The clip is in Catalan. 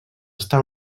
està